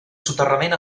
soterrament